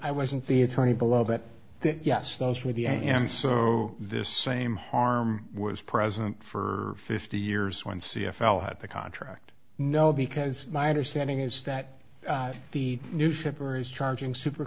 i wasn't the attorney below but yes those were the and so this same harm was present for fifty years when c f l had the contract no because my understanding is that the new shipper is charging super